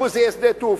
אמרו: זה יהיה שדה תעופה.